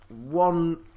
one